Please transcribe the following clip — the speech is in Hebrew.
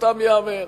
לזכותם ייאמר.